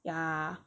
ya